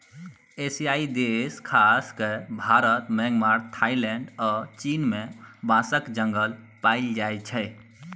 एशियाई देश खास कए भारत, म्यांमार, थाइलैंड आ चीन मे बाँसक जंगल पाएल जाइ छै